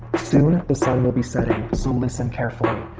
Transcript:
soon the sun will be setting so listen carefully.